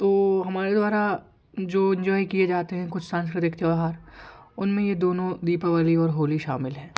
तो हमारे द्वारा जो एंजॉय किए जाते हैं कुछ सांस्कृतिक त्यौहार उन में यह दोनों दीपावली और होली शामिल है